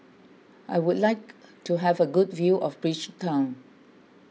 I would like to have a good view of Bridgetown